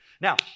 Now